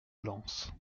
lens